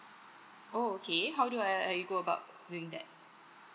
oh okay how do I uh go about doing that